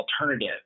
alternative